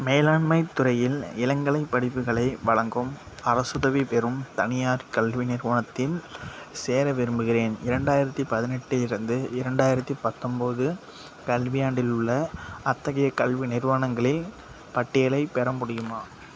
மேலாண்மைத் துறையில் இளங்கலைப் படிப்புகளை வழங்கும் அரசுதவி பெறும் தனியார் கல்வி நிறுவனத்தில் சேர விரும்புகிறேன் இரண்டாயிரத்து பதினெட்டு இருந்து இரண்டாயிரத்து பத்தொம்பது கல்வியாண்டில் உள்ள அத்தகைய கல்வி நிறுவனங்களை பட்டியலைப் பெற முடியுமா